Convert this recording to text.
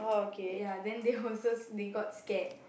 ya then they also they got scared